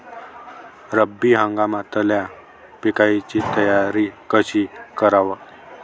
रब्बी हंगामातल्या पिकाइची तयारी कशी कराव?